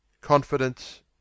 Confidence